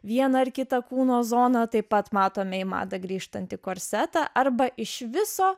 vieną ar kitą kūno zoną taip pat matome į madą grįžtanti korsetą arba iš viso